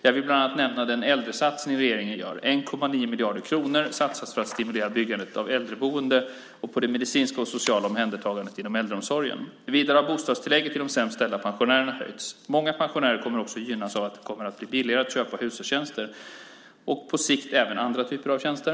Jag vill bland annat nämna den äldresatsning som regeringen gör: 1,9 miljarder kronor satsas för att stimulera byggandet av äldreboenden och på det medicinska och sociala omhändertagandet inom äldreomsorgen. Vidare har bostadstillägget till de sämst ställda pensionärerna höjts. Många pensionärer kommer också att gynnas av att det kommer att bli billigare att köpa hushållstjänster och på lite sikt även andra typer av tjänster.